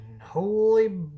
Holy